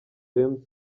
james